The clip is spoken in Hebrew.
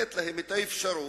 לתת להם את האפשרות,